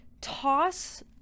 toss